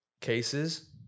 cases